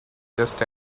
just